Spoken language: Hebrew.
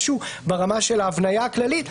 משהו ברמה של ההבניה הכללית.